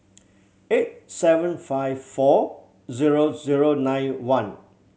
eight seven five four zero zero nine one